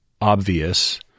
obvious